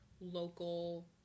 local